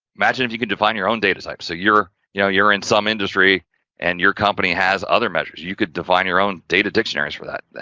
imagine, if you could define your own data types so you're, you know, you're in some industry and your company has other measures, you could define your own data dictionaries for that,